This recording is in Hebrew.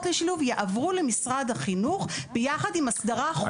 לשילוב יעברו למשרד החינוך ביחד עם הסדרה חוקית.